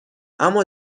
اما